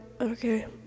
Okay